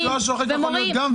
מקצוע שוחק יכול להיות גם וגם.